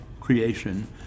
creation